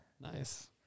Nice